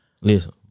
Listen